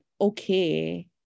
okay